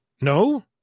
No